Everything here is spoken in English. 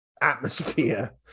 atmosphere